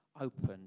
open